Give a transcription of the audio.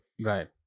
Right